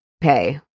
pay